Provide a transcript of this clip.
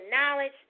knowledge